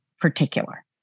particular